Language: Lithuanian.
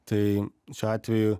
tai šiuo atveju